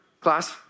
class